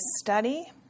study